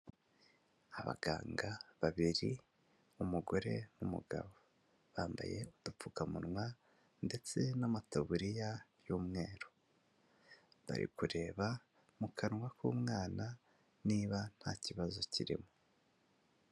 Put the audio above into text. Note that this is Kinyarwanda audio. Abaganga babiri, umugore n'umugabo, bambaye udupfukamunwa ndetse n'amataburiya y'umweru, bari kureba mu kanwa k'umwana niba ntabazo kirimo.